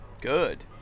Good